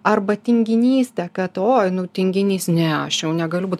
arba tinginystė kad oi nu tinginys ne aš jau negaliu būt